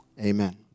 amen